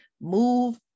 move